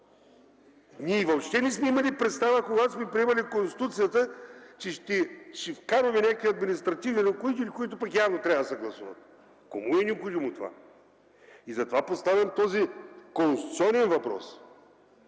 Ние въобще не сме имали представа, когато сме приемали Конституцията, че ще вкараме някакви административни ръководители, които пък явно трябва да се гласуват. Кому е необходимо това? Затова поставям този конституционен въпрос.